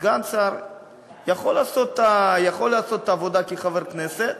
סגן שר יכול לעשות את העבודה כחבר כנסת